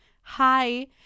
hi